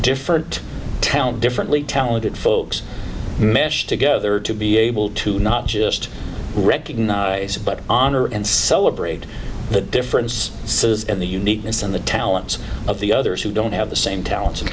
different talent differently talented folks mesh together to be able to not just recognize but honor and celebrate the difference says and the uniqueness and the talents of the others who don't have the same talent